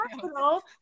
hospital